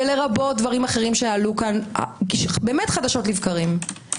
ולרבות דברים אחרים שעלו פה חדשות לבקרים.